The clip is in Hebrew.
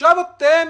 ועכשיו אתם